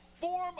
form